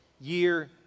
year